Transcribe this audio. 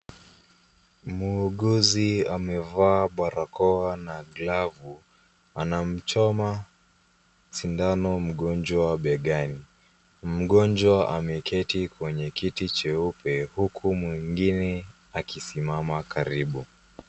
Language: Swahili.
Muuguzi amevaa barakoa na glavu, anamchoma sindano mgonjwa begani. Mgonjwa ameketi kwenye kiti cheupe , huku mwingine akisimama karibu.